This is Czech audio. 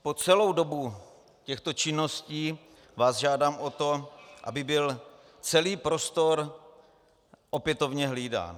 Po celou dobu těchto činností vás žádám o to, aby byl celý prostor opětovně hlídán.